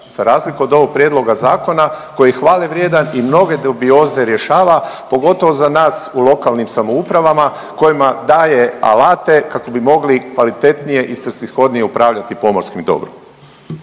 za razliku od ovog prijedloga zakona koji je hvale vrijedan i mnoge dubioze rješava pogotovo za nas u lokalnim samoupravama kojima daje alate kako bi mogli kvalitetnije i svrsishodnije upravljati pomorskim dobrom.